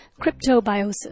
cryptobiosis